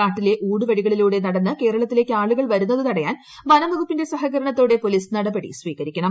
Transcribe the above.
കാട്ടിലെ ഉൌടുവഴികളിലൂടെ നടന്ന് കേരളത്തിലേക്ക് ആളുകൾ വരുന്നതു തടയാൻ വനം വകുപ്പിൻറെ സഹകരണത്തോടെ പോലീസ് നടപടി സ്വീകരിക്കണം